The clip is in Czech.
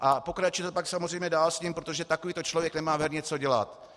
A pokračuje to samozřejmě dál s ním, protože takovýto člověk nemá v herně co dělat.